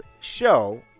show